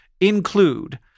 include